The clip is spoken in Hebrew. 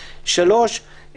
שלוש,